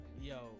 yo